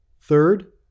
Third